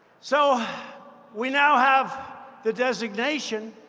so we now have the designation.